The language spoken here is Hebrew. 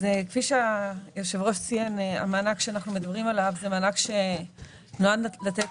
כפי שהיושב ראש ציין המענק שאנחנו מדברים עליו הוא מענק שנועד לתת